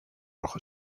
rojo